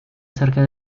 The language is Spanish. cerca